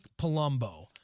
Palumbo